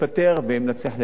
ואם נצליח לצמצם,